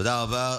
תודה רבה.